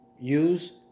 Use